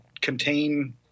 contain